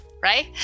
right